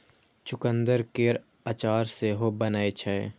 चुकंदर केर अचार सेहो बनै छै